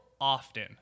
Often